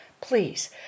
Please